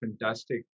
fantastic